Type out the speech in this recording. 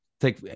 take